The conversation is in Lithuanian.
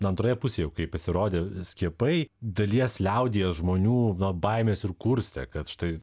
antroje pusėje jau kai pasirodė skiepai dalies liaudyje žmonių na baimes ir kurstė kad štai